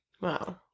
Wow